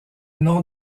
nom